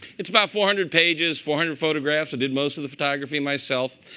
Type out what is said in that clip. it's about four hundred pages, four hundred photographs. i did most of the photography myself.